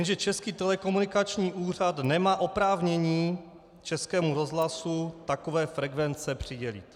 Jenže Český telekomunikační úřad nemá oprávnění Českému rozhlasu takové frekvence přidělit.